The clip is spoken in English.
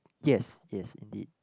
yes yes indeed